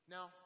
Now